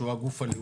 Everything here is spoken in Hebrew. שהוא הגוף הלאומי